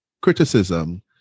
criticism